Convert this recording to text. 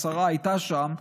השרה הייתה שם,